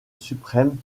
suprême